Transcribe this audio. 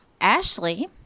Ashley